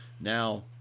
Now –